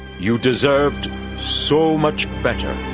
you deserved so much better.